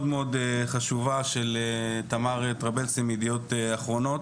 מאוד חשובה של תמר טרבלסי מ'ידיעות אחרונות'